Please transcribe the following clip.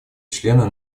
члена